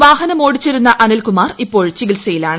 വാഹനമോടിച്ചിരുന്ന അനിൽ കുമാർ ഇപ്പോൾ ചികിത്സയിലാണ്